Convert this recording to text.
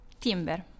Timber